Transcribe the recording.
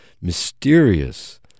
mysterious